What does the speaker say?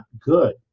good